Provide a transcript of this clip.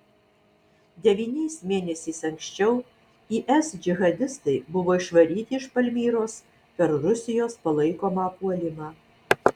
devyniais mėnesiais anksčiau is džihadistai buvo išvaryti iš palmyros per rusijos palaikomą puolimą